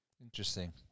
Interesting